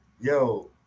yo